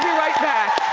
right back.